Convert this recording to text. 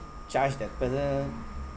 charge that person